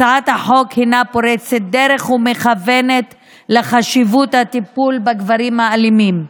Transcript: הצעת החוק היא פורצת דרך ומכוונת לחשיבות הטיפול בגברים אלימים.